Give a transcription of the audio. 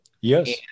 Yes